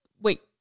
Wait